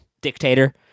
dictator